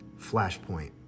Flashpoint